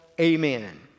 Amen